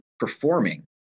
Performing